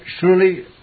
surely